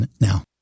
now